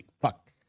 fuck